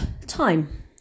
time